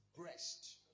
breast